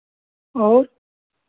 और